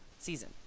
season